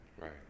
Right